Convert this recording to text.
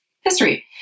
history